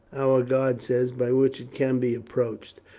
our guide says, by which it can be approached.